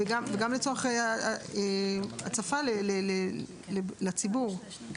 וגם לצורך הצפה לציבור.